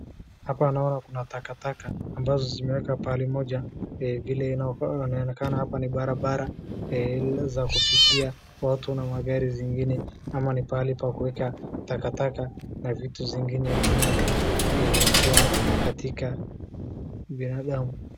Hapa naona kuna takataka ambazo zimewekwa pahali moja, vile inaonekana hapa ni kwa barabara ile za kupitia watu na magari zingine, ama pahali pakuweka takataka na vitu zingine vinavyo kuwa katika binadamu.